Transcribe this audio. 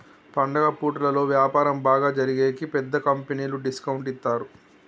పండుగ పూటలలో వ్యాపారం బాగా జరిగేకి పెద్ద కంపెనీలు డిస్కౌంట్ ఇత్తారు